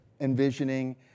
envisioning